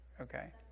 Okay